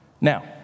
Now